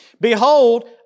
Behold